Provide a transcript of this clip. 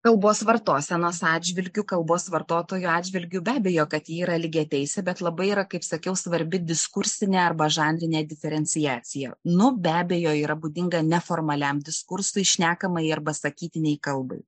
kalbos vartosenos atžvilgiu kalbos vartotojų atžvilgiu be abejo kad ji yra lygiateisė bet labai yra kaip sakiau svarbi diskursinė arba žanrinė diferenciacija nu be abejo yra būdinga neformaliam diskursui šnekamajai arba sakytinei kalbai